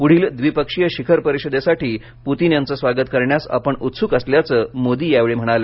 पुढील द्विपक्षीय शिखर परिषदेसाठी पुतिन यांचे स्वागत करण्यास आपण उत्सुक असल्याचं मोदी यावेळी म्हणाले